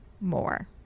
more